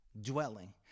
dwelling